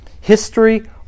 History